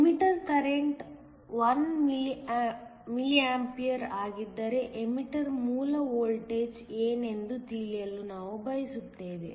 emitter current 1 mA ಆಗಿದ್ದರೆ emitter ಮೂಲ voltage ಏನೆಂದು ತಿಳಿಯಲು ನಾವು ಬಯಸುತ್ತೇವೆ